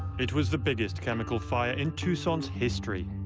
it was the biggest chemical fire in tucson's history.